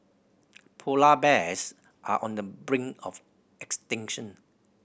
polar bears are on the brink of extinction